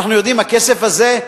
אנחנו יודעים: הכסף הזה,